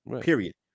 Period